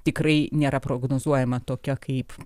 tikrai nėra prognozuojama tokia kaip